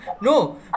No